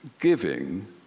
giving